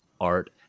art